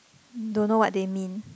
don't know what they mean